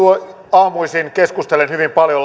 aamuisin keskustelen hyvin paljon